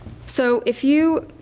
so if you